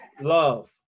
Love